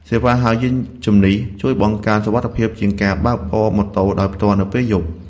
សេវាហៅយានជំនិះ ជួយបង្កើនសុវត្ថិភាពជាងការបើកបរម៉ូតូដោយផ្ទាល់នៅពេលយប់។